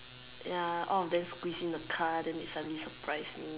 ya all of them squeeze in the car then they suddenly surprise me